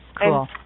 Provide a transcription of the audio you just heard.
Cool